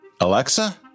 Alexa